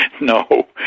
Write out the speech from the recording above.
no